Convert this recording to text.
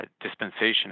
dispensation